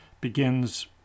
begins